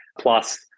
plus